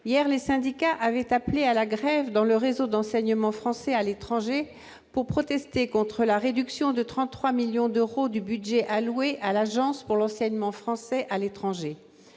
Hier, les syndicats ont appelé à la grève dans le réseau d'enseignement français à l'étranger pour protester contre la réduction de 33 millions d'euros du budget alloué à l'Agence pour l'enseignement français à l'étranger.